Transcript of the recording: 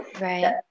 Right